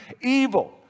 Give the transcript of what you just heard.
evil